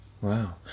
Wow